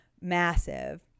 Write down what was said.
massive